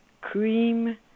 cream